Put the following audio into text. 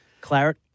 Claret